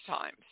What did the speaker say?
times